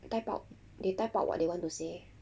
type out they type out what they want to say